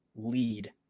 lead